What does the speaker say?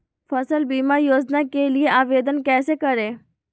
फसल बीमा योजना के लिए आवेदन कैसे करें?